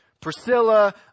priscilla